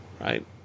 right